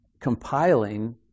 compiling